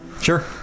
sure